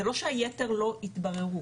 זה לא שהיתר לא התבררו.